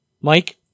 Mike